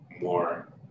more